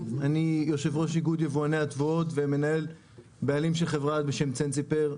ואני יושב-ראש איגוד יבואני התבואות ובעלים של חברה בשם צנציפר,